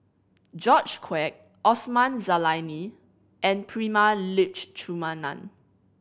George Quek Osman Zailani and Prema Letchumanan